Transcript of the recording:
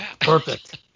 Perfect